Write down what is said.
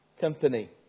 company